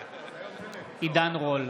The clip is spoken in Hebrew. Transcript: בעד עידן רול,